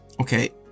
okay